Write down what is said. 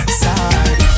side